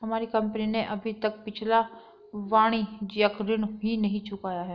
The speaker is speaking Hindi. हमारी कंपनी ने अभी तक पिछला वाणिज्यिक ऋण ही नहीं चुकाया है